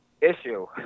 issue